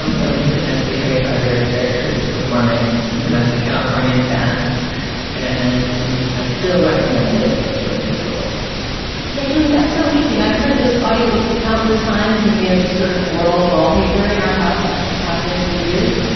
um where we pretend to be harry potter characters performing domestic californian tasks and i still recommend it with the quill yet julia, that's so interesting. i've heard those audiobooks countless times. i mean, they're just sort of aural wallpaper in our house and and have been for years.